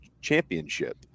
championship